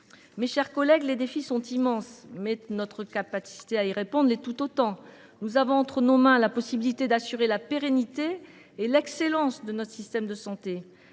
Mes chers collègues, si les défis sont immenses, notre capacité à les relever l’est aussi. Nous tenons entre nos mains la possibilité d’assurer la pérennité et l’excellence de notre système de santé.